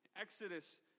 Exodus